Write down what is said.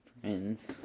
Friends